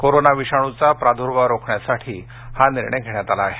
corona विषाणुचा प्रदुर्भाव रोखण्यासाठी हा निर्णय घेण्यात आला आहे